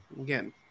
again